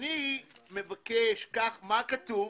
מה כתוב?